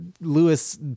Lewis